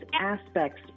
aspects